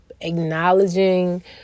acknowledging